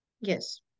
Yes